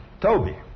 Toby